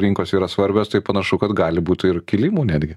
rinkos yra svarbios tai panašu kad gali būti ir kilimų netgi